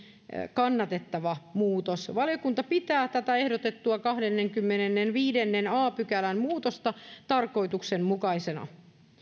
kannatettava muutos valiokunta pitää tätä ehdotettua kahdennenkymmenennenviidennen a pykälän muutosta tarkoituksenmukaisena